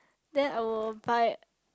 then I will buy